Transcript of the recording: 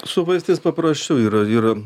su vaistais paprasčiau yra yra